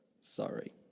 sorry